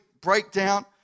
breakdown